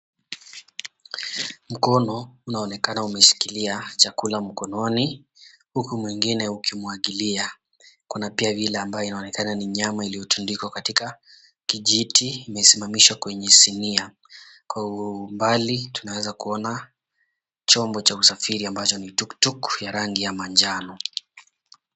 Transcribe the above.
Mkono unaonekana umeshikilia chakula mkononi huku mwengine ukimwagilia kuna pia ile ambayo inaonekana ni nyama iliotundikwa katika kijiti imesimamishwa kwenye sinia. Kwa umbali tunaweza kuona chombo cha usafiri ambacho ni tukutuku ya rangi ya manjano.